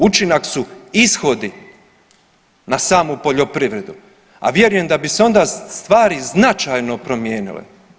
Učinak su ishodi na samu poljoprivredu, a vjerujem da bi se onda stvari značajno promijenile.